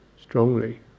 strongly